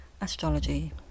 astrology